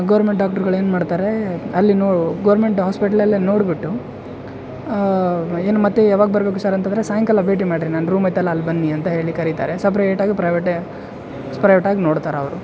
government ಡಾಕ್ಟ್ರ್ಗಳು ಏನು ಮಾಡ್ತಾರೆ ಅಲ್ಲಿಯೂ ಗೌರ್ಮೆಂಟ್ ಹಾಸ್ಪಿಟ್ಲಲ್ಲೇ ನೋಡಿಬಿಟ್ಟು ಇನ್ನು ಮತ್ತೆ ಯಾವಾಗ ಬರಬೇಕು ಸರ್ ಅಂತಂದ್ರೆ ಸಾಯಂಕಾಲ ಭೇಟಿ ಮಾಡಿರಿ ನನ್ನ ರೂಮ್ ಐತಲ್ಲ ಅಲ್ಲಿ ಬನ್ನಿ ಅಂತ ಹೇಳಿ ಕರೀತಾರೆ ಸಪ್ರೇಟಾಗಿ ಪ್ರೈವೇಟೆ ಪ್ರೈವೇಟಾಗಿ ನೋಡ್ತಾರೆ ಅವರು